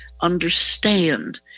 understand